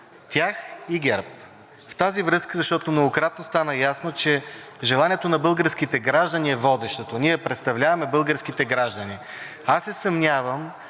тях и ГЕРБ. В тази връзка, защото многократно стана ясно, че желанието на българските граждани е водещото. Ние представляваме българските граждани. Аз се съмнявам,